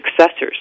successors